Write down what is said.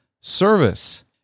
Service